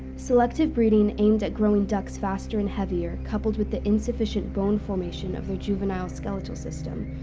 selective breeding aimed at growing ducks faster and heavier, coupled with the insufficient bone formation of their juvenile skeletal system,